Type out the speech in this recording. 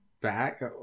back